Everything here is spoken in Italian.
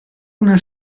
una